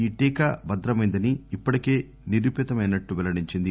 ఈ టీకా భద్రమైందని ఇప్పటికే నిరూపితమైనట్లు వెల్లడించింది